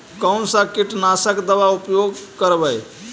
कोन सा कीटनाशक दवा उपयोग करबय?